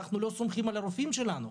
אנחנו לא סומכים על הרופאים שלנו.